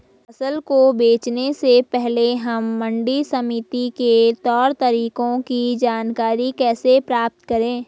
फसल को बेचने से पहले हम मंडी समिति के तौर तरीकों की जानकारी कैसे प्राप्त करें?